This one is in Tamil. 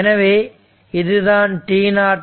எனவே இதுதான் t0